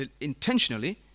intentionally